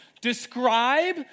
Describe